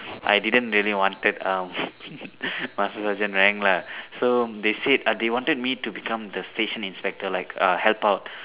I didn't really wanted um master sergeant rank lah so they said uh they wanted me to become the station inspector like uh help out